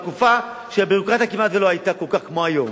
ובתקופה שהביורוקרטיה לא היתה כל כך גדולה כמו היום.